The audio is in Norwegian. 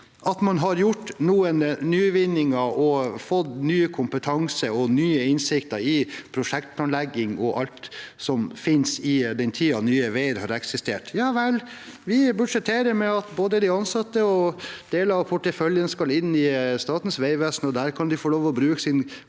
at man har gjort noen nyvinninger og fått ny kompetanse og ny innsikt i prosjektplanlegging og alt som finnes, i den tiden Nye veier har eksistert, budsjetterer vi med at både de ansatte og deler av porteføljen skal inn i Statens vegvesen. Der kan de få lov til å bruke sin